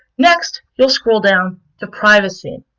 next, you'll scroll down to privacy.